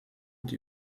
die